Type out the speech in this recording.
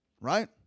right